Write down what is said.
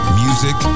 music